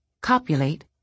copulate